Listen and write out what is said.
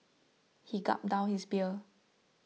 he gulped down his beer